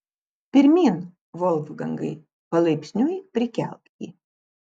pirmyn volfgangai palaipsniui prikelk jį